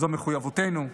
זו מחויבותנו.